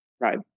right